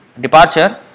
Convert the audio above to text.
departure